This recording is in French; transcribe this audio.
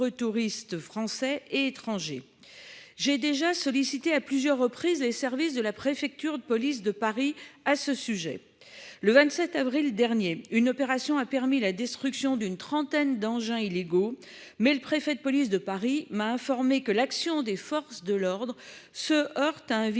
touristes français et étrangers. J'ai déjà sollicité à plusieurs reprises, les services de la préfecture de police de Paris. À ce sujet le 27 avril dernier, une opération a permis la destruction d'une trentaine d'engins illégaux mais le préfet de police de Paris m'a informé que l'action des forces de l'ordre se heurte à un vide